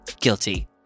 Guilty